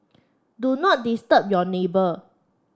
do not disturb your neighbour